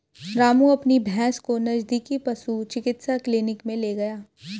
रामू अपनी भैंस को नजदीकी पशु चिकित्सा क्लिनिक मे ले गया